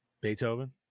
Beethoven